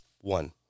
One